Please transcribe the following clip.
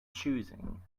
choosing